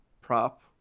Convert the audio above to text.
prop